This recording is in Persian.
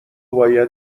باید